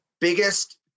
biggest